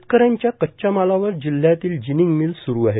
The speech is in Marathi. शेतकऱ्यांच्या कच्च्या मालावर जिल्ह्यातील जिनिंग मिल स्रू आहेत